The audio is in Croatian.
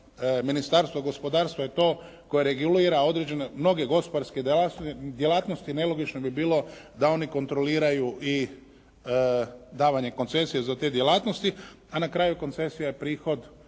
Ministarstvo gospodarstva je to koje regulira određene mnoge gospodarske djelatnosti, nelogično bi bilo da oni kontroliraju i davanje koncesija za te djelatnosti, a na kraju koncesija je prihod